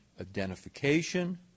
identification